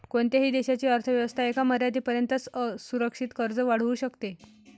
कोणत्याही देशाची अर्थ व्यवस्था एका मर्यादेपर्यंतच असुरक्षित कर्ज वाढवू शकते